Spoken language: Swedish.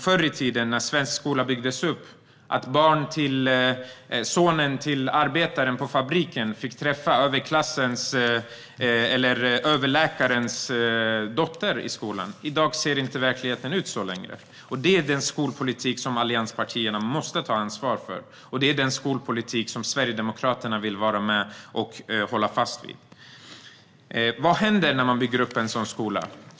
Förr i tiden, när svensk skola byggdes upp, fick sonen till arbetaren på fabriken träffa överläkarens dotter i skolan. I dag ser inte verkligheten ut så längre. Det är den skolpolitik som allianspartierna måste ta ansvar för. Det är den skolpolitik som Sverigedemokraterna vill vara med och hålla fast vid. Vad händer när man bygger upp en sådan skola?